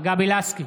גבי לסקי,